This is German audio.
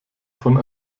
von